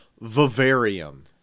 Vivarium